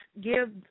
give